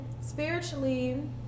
spiritually